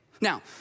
Now